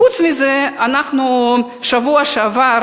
חוץ מזה, אנחנו ציינו בשבוע שעבר